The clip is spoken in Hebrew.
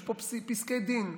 יש פה פסקי דין,